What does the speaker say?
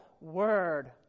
Word